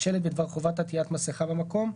שלט בדבר חובת עטיית מסכה במקום,